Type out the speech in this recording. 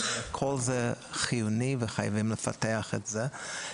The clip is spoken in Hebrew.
כל זה חיוני וחייבים לפתח את זה.